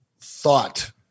thought